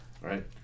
Right